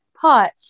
pot